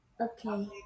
Okay